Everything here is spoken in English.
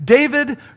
David